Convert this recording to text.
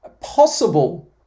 possible